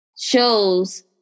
shows